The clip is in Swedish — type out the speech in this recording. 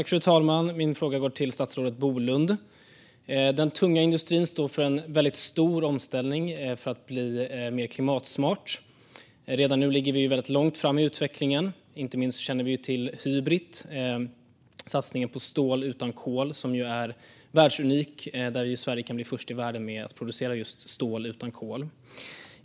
Fru talman! Min fråga går till statsrådet Bolund. Den tunga industrin står inför en stor omställning för att bli mer klimatsmart. Redan nu ligger vi långt fram i utvecklingen. Inte minst känner vi till Hybrit, satsningen på stål utan kol, som ju är världsunik. Sverige kan bli först i världen med att producera just stål utan kol.